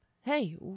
Hey